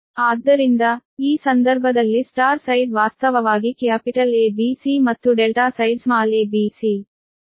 ಆದ್ದರಿಂದ ಈ ಸಂದರ್ಭದಲ್ಲಿ ಸ್ಟಾರ್ ಸೈಡ್ ವಾಸ್ತವವಾಗಿ ಕ್ಯಾಪಿಟಲ್ A B C ಮತ್ತು delta side small a b c